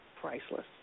priceless